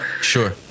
Sure